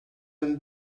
amb